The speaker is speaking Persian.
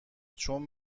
چون